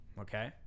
okay